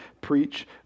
Preach